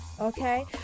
okay